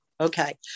Okay